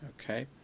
okay